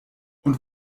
und